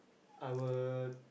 I will